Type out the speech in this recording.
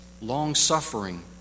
long-suffering